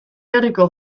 herriko